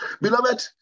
beloved